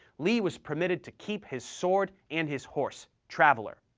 lee was permitted to keep his sword and his horse, traveller.